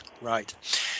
Right